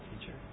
teacher